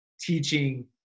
teaching